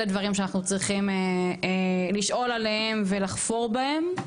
אלה דברים שאנחנו צריכים לשאול עליהם ולחפור בהם.